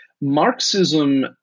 Marxism